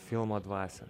filmo dvasią